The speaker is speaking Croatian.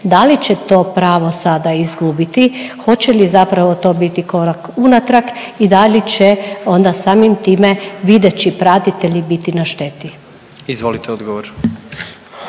Da li će to pravo sada izgubili? Hoće li zapravo to biti korak unatrag i da li će onda samim time, videći pratitelji biti na šteti? **Jandroković,